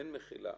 אין מחילה.